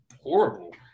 horrible